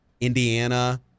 Indiana